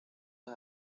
las